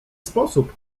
sposób